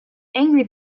angry